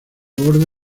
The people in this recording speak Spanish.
borde